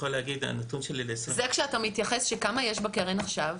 כמה יש בקרן עכשיו?